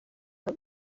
but